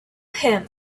him